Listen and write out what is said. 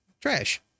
trash